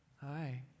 Hi